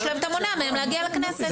ועכשיו אתה מונע מהם להגיע לכנסת.